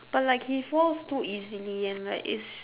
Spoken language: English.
but like he falls too easily and like it's